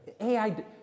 AI